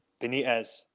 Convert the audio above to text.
Benitez